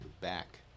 back